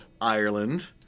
Ireland